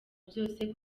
byose